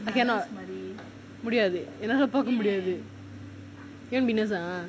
I cannot முடியாது என்னால பாக்க முடியாது:mudiyaathu ennala paaka mudiyaathu